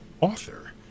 author